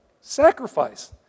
sacrifice